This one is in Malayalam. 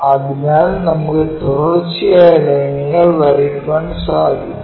അതിനാൽ നമുക്ക് തുടർച്ചയായ ലൈനുകൾ വരയ്ക്കാൻ സാധിക്കും